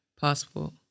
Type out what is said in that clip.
passport